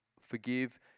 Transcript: forgive